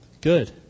Good